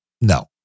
No